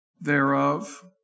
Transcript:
thereof